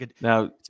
Now